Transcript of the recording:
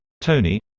Tony